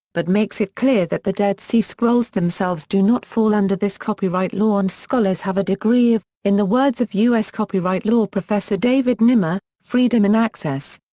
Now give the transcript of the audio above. but makes it clear that the dead sea scrolls themselves do not fall under this copyright law and scholars have a degree of, in the words of u s. copyright law professor david nimmer, freedom in access.